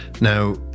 Now